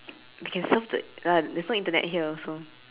you can surf the uh there's no internet here also